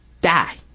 die